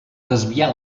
desviar